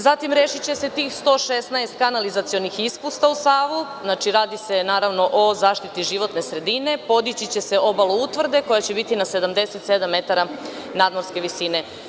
Zatim će se rešiti tih 116 kanalizacionih ispusta u Savu, radi se o zaštiti životne sredine, podići će se obala utvrde koja će biti na 77m nadmorske visine.